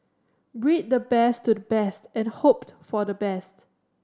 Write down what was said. breed the best to the best and hope for the best